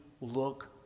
look